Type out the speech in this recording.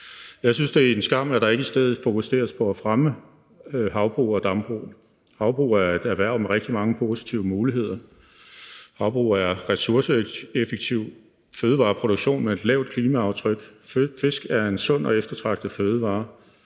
Jeg synes, det er en skam, at der ikke i stedet fokuseres på at fremme havbrug og dambrug. Havbrug er et erhverv med rigtig mange positive muligheder. Havbrug er ressourceeffektiv fødevareproduktion med et lavt klimaaftryk. Fisk er en sund og eftertragtet fødevare.